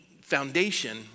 foundation